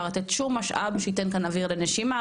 לתת שום משאב שייתן כאן אוויר לנשימה,